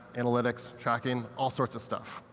analytics, tracking, all sorts of stuff.